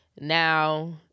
now